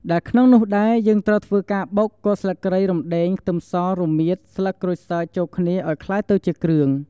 ដែលក្នុងនោះដែរ យើងត្រូវធ្វើការបុក គល់ស្លឹកគ្រៃ រំដេង ខ្ទឹមស រមៀត ស្លឹកក្រូចសើចចូលគ្នាអោយក្លាយទៅជាគ្រឿង។